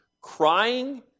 crying